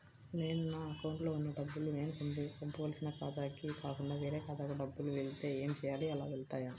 నేను నా అకౌంట్లో వున్న డబ్బులు నేను పంపవలసిన ఖాతాకి కాకుండా వేరే ఖాతాకు డబ్బులు వెళ్తే ఏంచేయాలి? అలా వెళ్తాయా?